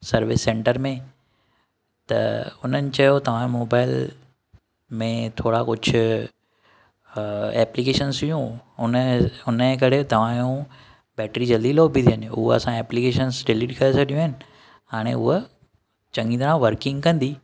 service centre में त हुननि चयो तव्हांजो मोबाइल में थोरा कुझु एप्लीकेशन्स हुयूं उन उन जे करे तव्हांजो बैटरी जल्दी लो पई थी वञे उहा असांजे एप्लीकेशन्स डिलीट करी छॾियूं आहिनि हाणे उहा चंङी तरह वर्किंग कंदी